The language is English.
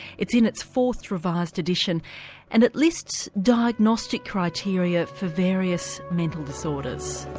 it's in its fourth revised edition and it lists diagnostic criteria for various mental disorders.